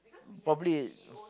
probably